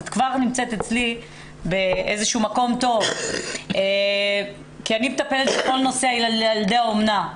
את כבר נמצאת אצלי באיזשהו מקום טוב כי אני מטפלת בכל נושא ילדי האומנה.